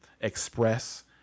express